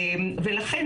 לכן,